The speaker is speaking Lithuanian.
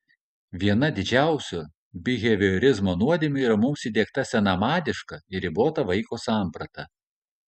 viena didžiausių biheviorizmo nuodėmių yra mums įdiegta senamadiška ir ribota vaiko samprata